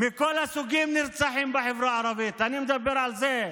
מכל הסוגים נרצחים בחברה הערבית, אני מדבר על זה.